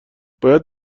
باید